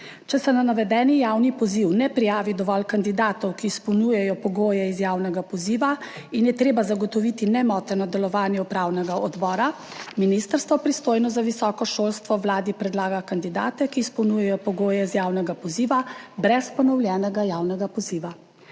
Če se na navedeni javni poziv ne prijavi dovolj kandidatov, ki izpolnjujejo pogoje iz javnega poziva, in je treba zagotoviti nemoteno delovanje upravnega odbora, ministrstvo, pristojno za visoko šolstvo, Vladi predlaga kandidate, ki izpolnjujejo pogoje iz javnega poziva, brez ponovljenega javnega poziva.